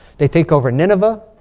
they take over nineveh.